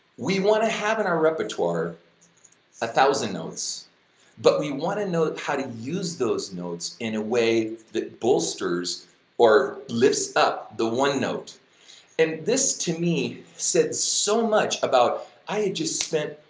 we want to have in our repertoire a thousand notes but we want to know how to use those notes in a way that bolsters or lifts up the one note and this to me said so much about i just spent,